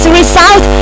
result